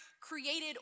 created